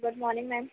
good morning ma'am